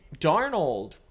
Darnold